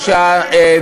סליחה,